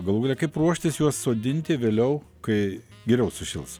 galų gale kaip ruoštis juos sodinti vėliau kai geriau sušils